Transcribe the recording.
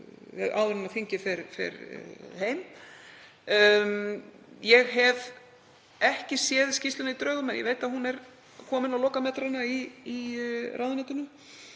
áður en þingið fer heim. Ég hef ekki séð skýrsluna í drögum en ég veit að hún er komin á lokametrana í ráðuneytinu.